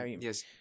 yes